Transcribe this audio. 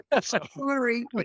Sorry